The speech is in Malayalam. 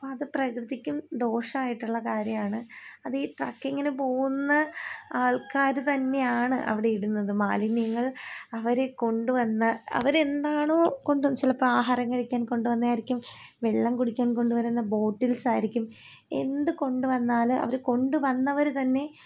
അത് പ്രകൃതിക്കും ദോഷമായിട്ടുള്ള കാര്യമാണ് അതീ ട്രക്കിങ്ങിന് പോകുന്ന ആൾക്കാര് തന്നെയാണ് അവിടെയിടുന്നത് മാലിന്യങ്ങൾ അവര് കൊണ്ടുവന്ന അവരെന്താണോ കൊണ്ടുവന് ചിലപ്പോള് ആഹാരം കഴിക്കാൻ കൊണ്ടു വന്നായിരിക്കും ചിലപ്പോള് വെള്ളം കുടിക്കാൻ കൊണ്ടു വരുന്ന ബോട്ടിൽസായിരിക്കും എന്ത് കൊണ്ടു വന്നാലും അവര് കൊണ്ടുവന്നവരു തന്നെ